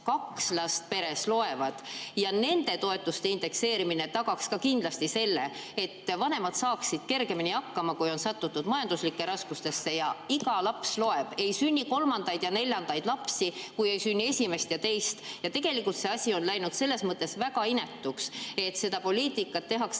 kaks last peres loevad. Nende toetuste indekseerimine tagaks kindlasti selle, et vanemad saaksid kergemini hakkama, kui on satutud majanduslikesse raskustesse. Iga laps loeb! Ei sünni kolmandaid ja neljandaid lapsi, kui ei sünni esimest ja teist. Tegelikult on see asi läinud selles mõttes väga inetuks. Poliitikat tehakse